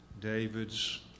David's